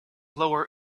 lower